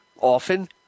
Often